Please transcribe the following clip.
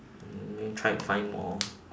mm try to find more